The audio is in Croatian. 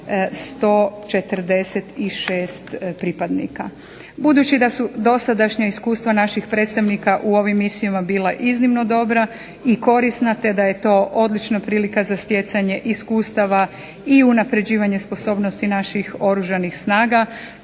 do 146 pripadnika. Budući da su dosadašnja iskustva naših predstavnika u ovim misijama bila iznimno dobra i korisna te da je to odlična prilika za stjecanje iskustava i unapređivanje sposobnosti naših oružanih snaga